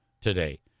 today